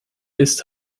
ist